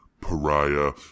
pariah